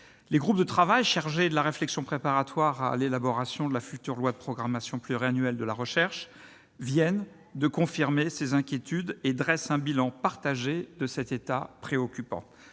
Les groupes de travail chargés de la réflexion préparatoire à l'élaboration de la future loi de programmation pluriannuelle de la recherche viennent de confirmer ces inquiétudes et dressent un bilan partagé de cet état préoccupant.